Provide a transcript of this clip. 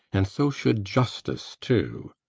and so should justice too.